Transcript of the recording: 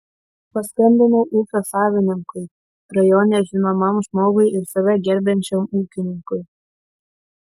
paskambinau ūkio savininkui rajone žinomam žmogui ir save gerbiančiam ūkininkui